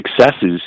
successes –